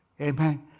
amen